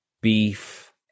beef